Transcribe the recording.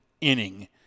inning